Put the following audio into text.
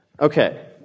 Okay